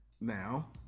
Now